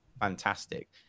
fantastic